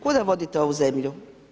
Kuda vodite ovu zemlju?